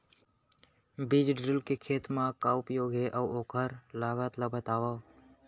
बीज ड्रिल के खेत मा का उपयोग हे, अऊ ओखर लागत ला बतावव?